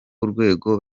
urwego